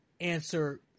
answer